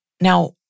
Now